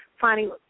finding